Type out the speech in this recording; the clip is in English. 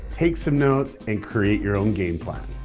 take some notes, and create your own game plan.